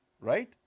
right